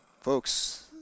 Folks